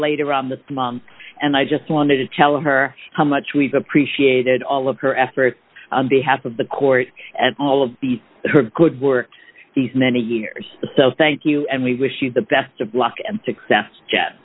later on this month and i just wanted to tell her how much we've appreciated all of her efforts on behalf of the court and all of her good work these many years so thank you and we wish you the best of luck and success j